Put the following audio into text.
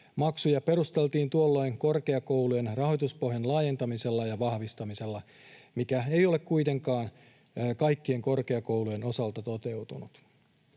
Maksuja perusteltiin tuolloin korkeakoulujen rahoituspohjan laajentamisella ja vahvistamisella, mikä ei ole kuitenkaan kaikkien korkeakoulujen osalta toteutunut.